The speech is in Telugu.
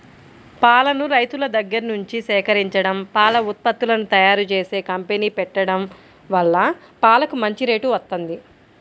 పాలను రైతుల దగ్గర్నుంచి సేకరించడం, పాల ఉత్పత్తులను తయ్యారుజేసే కంపెనీ పెట్టడం వల్ల పాలకు మంచి రేటు వత్తంది